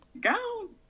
go